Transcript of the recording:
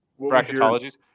bracketologies